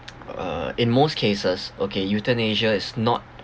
err in most cases okay euthanasia is not